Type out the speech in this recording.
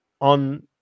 on